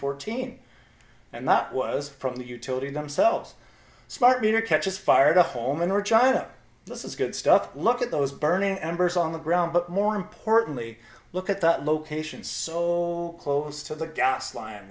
fourteen and that was from the utility themselves smart meter catches fire to home and or china this is good stuff look at those burning embers on the ground but more importantly look at that location sol close to the gas line